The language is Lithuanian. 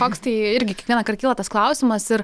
koks tai irgi kiekvienąkart kyla tas klausimas ir